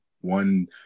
one